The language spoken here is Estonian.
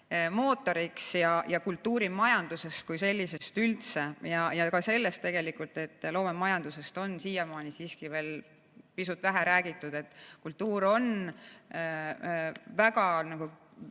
mootoriks ja kultuurimajandusest kui sellisest üldse, samuti sellest, et loomemajandusest on siiamaani siiski veel pisut vähe räägitud. Kultuur on nendel